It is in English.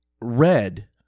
Red